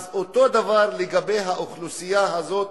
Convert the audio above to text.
אז אותו דבר לגבי האוכלוסייה הזאת